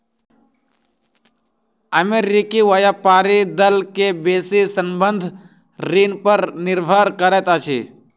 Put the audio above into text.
अमेरिकी व्यापारी दल के बेसी संबंद्ध ऋण पर निर्भर करैत अछि